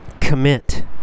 Commit